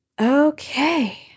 Okay